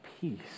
peace